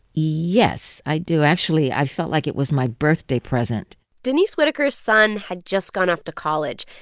yes, i do, actually. i felt like it was my birthday present denise whittaker's son had just gone off to college.